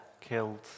killed